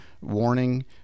warning